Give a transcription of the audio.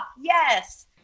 yes